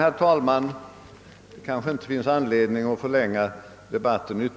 Det finns kanske inte anledning att ytterligare förlänga debatten.